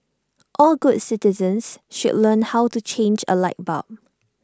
all good citizens should learn how to change A light bulb